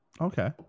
Okay